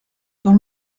dans